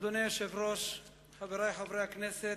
אדוני היושב-ראש, חברי חברי הכנסת,